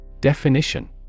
Definition